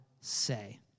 say